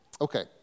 Okay